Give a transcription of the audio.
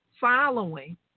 following